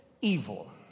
evil